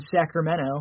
Sacramento